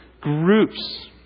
groups